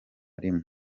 rimwe